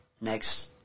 next